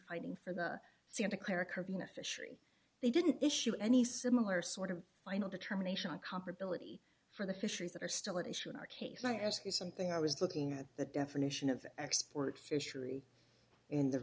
fighting for the santa clara corvina fishery they didn't issue any similar sort of final determination comparability for the fisheries that are still at issue in our case i ask you something i was looking at the definition of export fishery in the